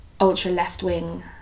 ultra-left-wing